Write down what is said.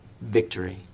victory